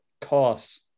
costs